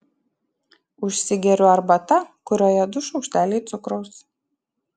užsigeriu arbata kurioje du šaukšteliai cukraus